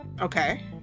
okay